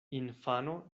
infano